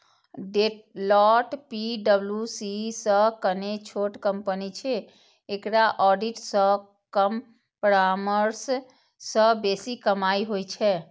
Deloitte पी.डब्ल्यू.सी सं कने छोट कंपनी छै, एकरा ऑडिट सं कम परामर्श सं बेसी कमाइ होइ छै